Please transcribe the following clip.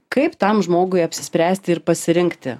kaip tam žmogui apsispręsti ir pasirinkti